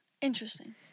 Interesting